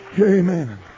amen